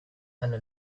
eine